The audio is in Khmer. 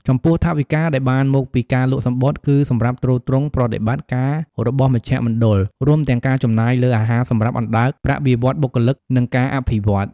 ចំពោះថវិកាដែលបានមកពីការលក់សំបុត្រគឺសម្រាប់ទ្រទ្រង់ប្រតិបត្តិការរបស់មជ្ឈមណ្ឌល រួមទាំងការចំណាយលើអាហារសម្រាប់អណ្ដើក ប្រាក់បៀវត្សបុគ្គលិក និងការអភិវឌ្ឍន៍ ។